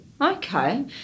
Okay